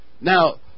Now